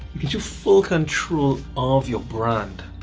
gives you full control of your brand.